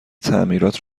تعمیرات